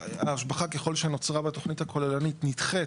ההשבחה ככל שנוצרה בתוכנית הכוללנית נדחית